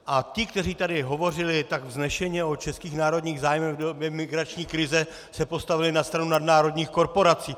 A ti, kteří tady hovořili tak vznešeně o českých národních zájmech v době migrační krize, se postavili na stranu nadnárodních korporací.